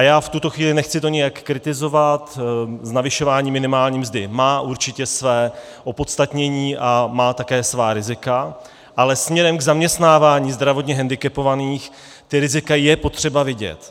A já v tuto chvíli to nechci nějak kritizovat, navyšování minimální mzdy určitě má své opodstatnění a má také svá rizika, ale směrem k zaměstnávání zdravotně hendikepovaných ta rizika je potřeba vidět.